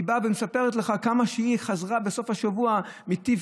באה ומספרת לך איך שהיא חזרה בסוף השבוע מטיב